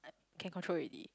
can control already